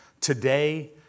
Today